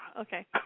okay